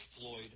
Floyd